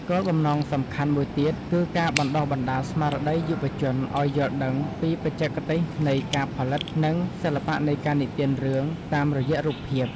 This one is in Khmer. គោលបំណងសំខាន់មួយទៀត គឺការបណ្ដុះបណ្ដាលស្មារតីយុវជនឱ្យយល់ដឹងពីបច្ចេកទេសនៃការផលិត និងសិល្បៈនៃការនិទានរឿងតាមរយៈរូបភាព។